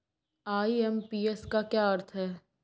IMPS का क्या अर्थ है?